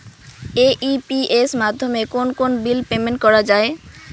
AEPS মাধ্যমে কোন কোন বিল পেমেন্ট করা যায়?